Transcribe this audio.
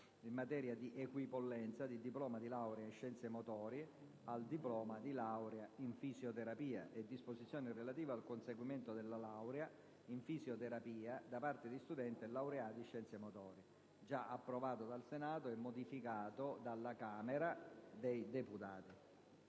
in materia di equipollenza di diploma di laurea in scienze motorie al diploma di laurea in fisioterapia, e disposizioni relative al conseguimento della laurea in fisioterapia da parte di studenti e laureati in scienze motorie *(Approvato dal Senato e modificato dalla Camera dei deputati)*